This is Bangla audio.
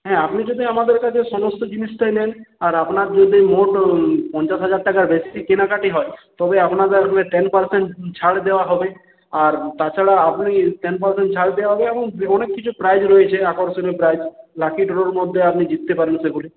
হ্যাঁ আপনি যদি আমাদের কাছে সমস্ত জিনিসটাই নেন আর আপনার যদি মোট পঞ্চাশ হাজার টাকার বেশী কেনাকাটি হয় তবে আপনাকে টেন পারসেন্ট ছাড় দেওয়া হবে আর তাছাড়া আপনি টেন পারসেন্ট ছাড় দেওয়া হবে এবং অনেক কিছু প্রাইজ রয়েছে আকর্ষণীয় প্রাইজ লাকি ড্রর মধ্যে আপনি জিততে পারেন সেগুলি